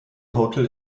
hotel